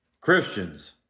christians